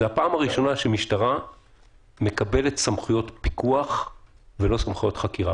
זו פעם ראשונה שהמשטרה מקבלת סמכויות פיקוח ולא סמכויות חקירה,